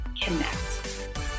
connect